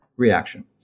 Reaction